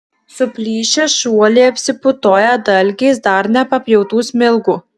suplyšę šuoliai apsiputoja dalgiais dar nepapjautų smilgų